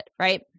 right